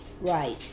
Right